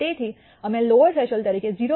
તેથી અમે lower threshold તરીકે 0